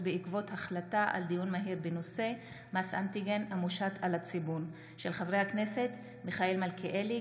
בעקבות דיון מהיר בהצעתם של חברי הכנסת מיכאל מלכיאלי,